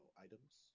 items